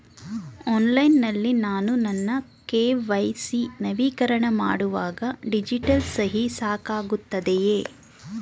Online ನಲ್ಲಿ ನಾನು ನನ್ನ ಕೆ.ವೈ.ಸಿ ನವೀಕರಣ ಮಾಡುವಾಗ ಡಿಜಿಟಲ್ ಸಹಿ ಸಾಕಾಗುತ್ತದೆಯೇ?